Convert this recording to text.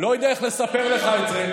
אני לא יודע איך לספר לך את זה,